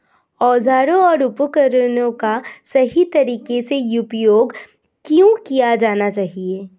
औजारों और उपकरणों का सही तरीके से उपयोग क्यों किया जाना चाहिए?